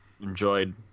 enjoyed